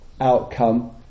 outcome